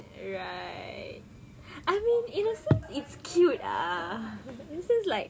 right I mean in a sense it's cute ah in a sense like